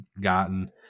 gotten